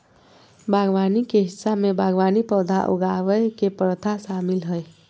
बागवानी के हिस्सा में बागवानी पौधा उगावय के प्रथा शामिल हइ